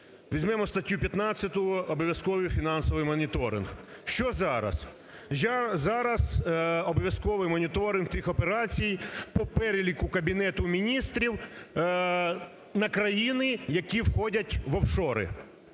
Візьмемо статтю 15 "Обов'язковий фінансовий моніторинг". Що зараз? Я зараз… обов'язковий моніторинг тих операцій по переліку Кабінету Міністрів на країни, які входять в офшори.